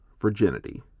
virginity